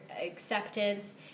acceptance